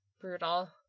Brutal